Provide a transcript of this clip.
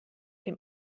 dem